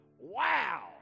Wow